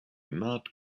not